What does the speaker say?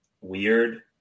weird